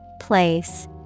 Place